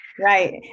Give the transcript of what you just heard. Right